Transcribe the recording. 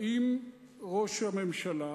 האם ראש הממשלה